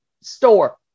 Store